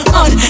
on